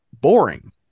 Boring